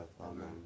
Amen